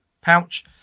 pouch